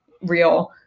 real